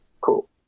Cool